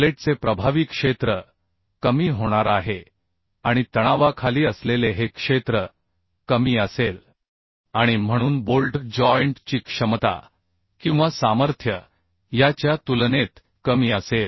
प्लेटचे प्रभावी क्षेत्र कमी होणार आहे आणि तणावाखाली असलेले हे क्षेत्र कमी असेल आणि म्हणून बोल्ट जॉइंट ची क्षमता किंवा सामर्थ्य याच्या तुलनेत कमी असेल